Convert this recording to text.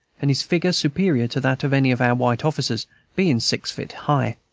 and his figure superior to that of any of our white officers being six feet high,